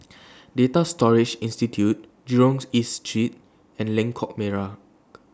Data Storage Institute Jurong's East Street and Lengkok Merak